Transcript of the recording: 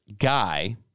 guy